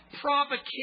provocation